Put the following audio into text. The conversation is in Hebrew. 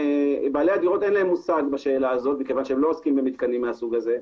לבעלי הדירות אין מושג בשאלה הזאת כי הם לא עוסקים במתקנים מהסוד הזה.